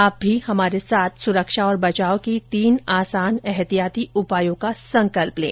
आप भी हमारे साथ सुरक्षा और बचाव के तीन आसान एहतियाती उपायों का संकल्प लें